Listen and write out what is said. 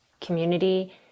community